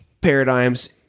paradigms